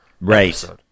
right